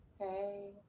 Hey